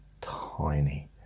tiny